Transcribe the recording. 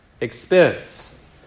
expense